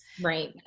right